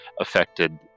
affected